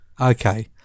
Okay